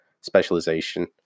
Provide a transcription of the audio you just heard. specialization